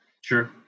Sure